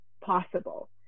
possible